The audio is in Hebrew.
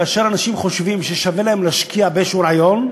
כאשר אנשים חושבים ששווה להם להשקיע באיזה רעיון,